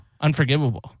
Unforgivable